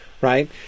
Right